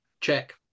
check